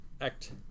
Act